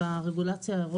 מפורט ברגולציה האירופית.